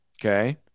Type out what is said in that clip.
Okay